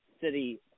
city